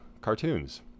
cartoons